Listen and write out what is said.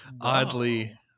oddly